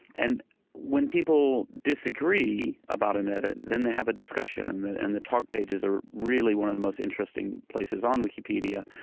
and when people disagree about an edit, then they have a discussion. and the and the talk pages are really one of the most interesting places on wikipedia.